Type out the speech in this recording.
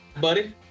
buddy